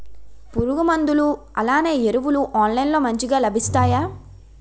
పురుగు మందులు అలానే ఎరువులు ఆన్లైన్ లో మంచిగా లభిస్తాయ?